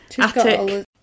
Attic